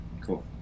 Cool